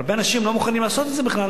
הרבה אנשים לא מוכנים לעשות את זה בכלל,